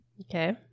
Okay